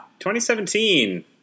2017